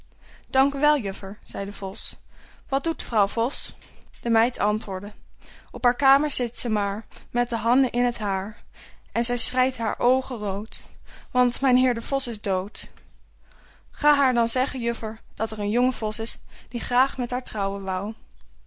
juffer zei de vos wat doet vrouw vos de meid antwoordde op haar kamer zit ze maar met de handen in het haar en zij schreit haar oogen rood want mijnheer de vos is dood ga haar dan zeggen juffer dat er een jonge vos is die graâg met haar trouwen woû